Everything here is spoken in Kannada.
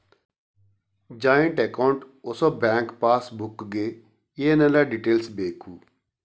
ಜಾಯಿಂಟ್ ಅಕೌಂಟ್ ಹೊಸ ಬ್ಯಾಂಕ್ ಪಾಸ್ ಬುಕ್ ಗೆ ಏನೆಲ್ಲ ಡೀಟೇಲ್ಸ್ ಬೇಕು?